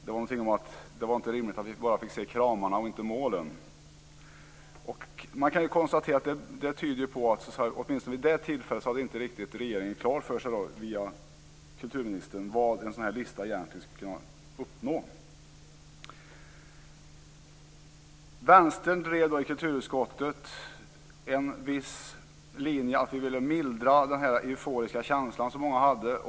Det var inte rimligt att vi bara fick se kramarna och inte målen. Det tyder på att regeringen vid det tillfället inte hade riktigt klart för sig vad man egentligen skulle kunna uppnå med en sådan här lista. Vänstern drev i kulturutskottet en viss linje och ville mildra den euforiska känsla som många hade.